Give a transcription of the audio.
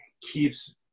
keeps